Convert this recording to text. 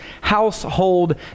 household